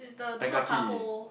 Tan Kah Kee